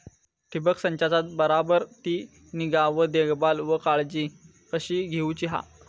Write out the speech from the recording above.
ठिबक संचाचा बराबर ती निगा व देखभाल व काळजी कशी घेऊची हा?